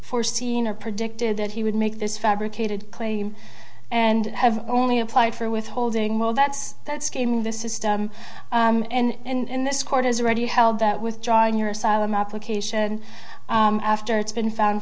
foreseen or predicted that he would make this fabricated claim and have only applied for withholding well that's that's gamed the system and this court has already held that withdrawing your asylum application after it's been found